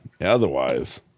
otherwise